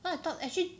cause I thought actually